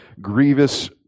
grievous